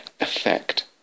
effect